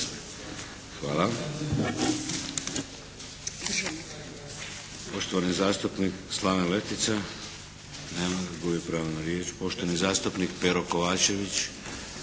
Hvala. Poštovani zastupnik Slaven Letica. Nema ga. Gubi pravo na riječ. Poštovani zastupnik Pero Kovačević.